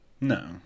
No